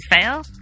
fail